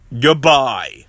Goodbye